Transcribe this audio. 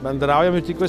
bendraujam ir tikiuos